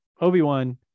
Obi-Wan